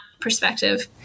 perspective